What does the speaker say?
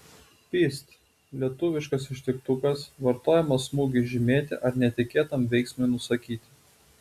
pyst lietuviškas ištiktukas vartojamas smūgiui žymėti ar netikėtam veiksmui nusakyti